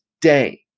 day